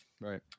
right